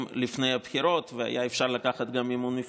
שלפני הבחירות והיה אפשר לקחת גם מימון מפלגות.